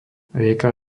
rieka